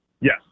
Yes